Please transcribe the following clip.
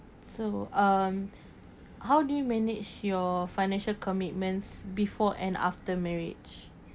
so um how do you manage your financial commitments before and after marriage